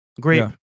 Great